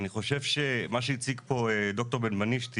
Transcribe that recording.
מה שהציג ד"ר בנבנישתי,